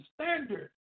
standard